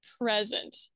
present